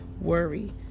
worry